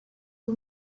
you